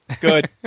Good